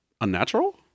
Unnatural